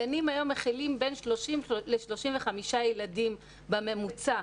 הגנים היום מכילים 35-30 ילדים בממוצע.